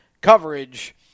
coverage